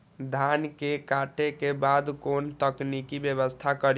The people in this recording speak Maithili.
धान के काटे के बाद कोन तकनीकी व्यवस्था करी?